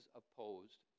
opposed